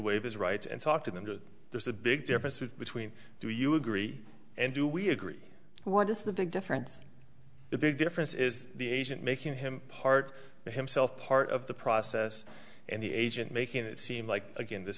waive his rights and talk to them that there's a big difference between do you agree and do we agree what is the big difference the big difference is the agent making him part himself part of the process and the agent making it seem like again this